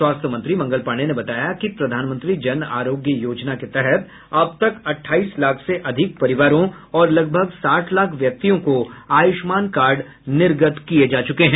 स्वास्थ्य मंत्री मंगल पांडेय ने बताया कि प्रधानमंत्री जन आरोग्य योजना के तहत अब तक अटठाइस लाख से अधिक परिवारों और लगभग साठ लाख व्यक्तियों को आयुष्मान कार्ड निर्गत किये जा चुके हैं